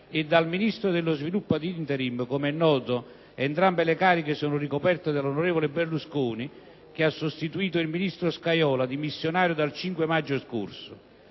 e Ministro dello sviluppo economico *ad interim* (come è noto, entrambe le cariche sono ricoperte dall'onorevole Berlusconi, che ha sostituito il ministro Scajola, dimissionario, dal 5 maggio scorso).